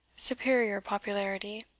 superior popularity.